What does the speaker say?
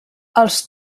els